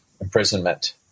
imprisonment